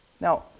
Now